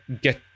get